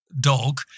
dog